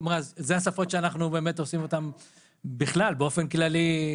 אלה השפות שאנחנו עושים באופן כללי,